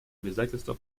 обязательство